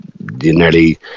nearly